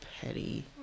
petty